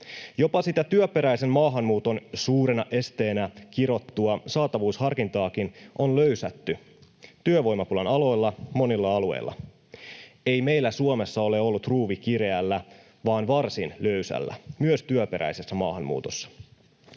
Jopa sitä työperäisen maahanmuuton suurena esteenä kirottua saatavuusharkintaakin on löysätty työvoimapulan aloilla monilla alueilla. Ei meillä Suomessa ole ollut ruuvi kireällä vaan varsin löysällä myös työperäisessä maahanmuutossa.